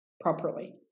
properly